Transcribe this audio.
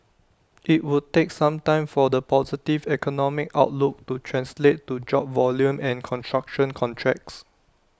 IT would take some time for the positive economic outlook to translate to job volume and construction contracts